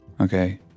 Okay